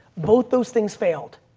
both those things failed.